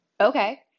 Okay